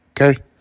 okay